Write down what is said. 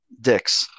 Dick's